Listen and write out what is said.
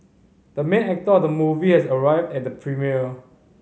the main actor of the movie has arrived at the premiere